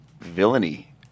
villainy